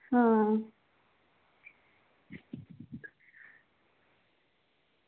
आं